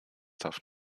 darf